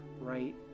right